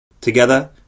Together